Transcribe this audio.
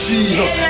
Jesus